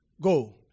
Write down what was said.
Go